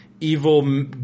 evil –